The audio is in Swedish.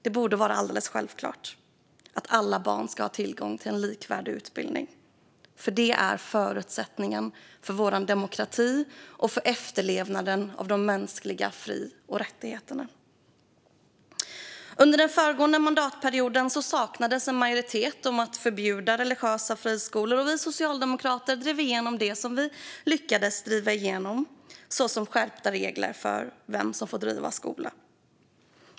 Det borde vara självklart att alla barn har tillgång till en likvärdig utbildning, för det är förutsättningen för vår demokrati och för efterlevnaden av de mänskliga fri och rättigheterna. Under den föregående mandatperioden saknades majoritet för att förbjuda religiösa friskolor, så vi socialdemokrater drev igenom det som vi kunde, såsom skärpta regler för vem som får driva skola.